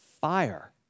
fire